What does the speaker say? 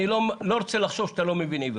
אני לא רוצה לחשוב שאתה לא מבין עברית,